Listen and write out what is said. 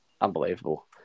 unbelievable